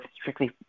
strictly